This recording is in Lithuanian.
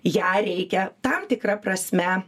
ją reikia tam tikra prasme